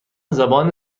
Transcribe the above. زبان